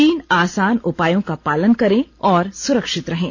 तीन आसान उपायों का पालन करें और सुरक्षित रहें